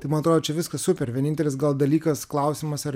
tai man atrodo čia viskas super vienintelis gal dalykas klausimas ar